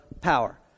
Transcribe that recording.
power